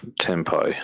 tempo